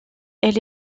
elle